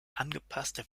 angepasste